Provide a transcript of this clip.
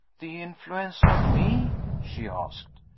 the influence on me? she asked.